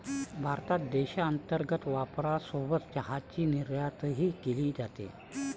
भारतात देशांतर्गत वापरासोबत चहाची निर्यातही केली जाते